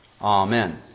Amen